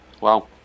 Wow